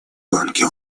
гонки